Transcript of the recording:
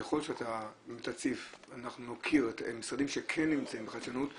ככל שאתה תציף ואנחנו נוקיר משרדים שכן נמצאים בחדשנות,